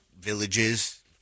villages